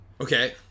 Okay